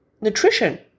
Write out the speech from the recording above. nutrition